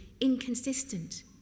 inconsistent